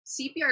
CPR